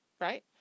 Right